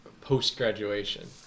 post-graduation